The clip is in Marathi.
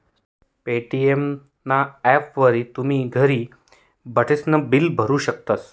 पे.टी.एम ना ॲपवरी तुमी घर बठीसन बिल भरू शकतस